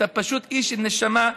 אתה פשוט איש עם נשמה.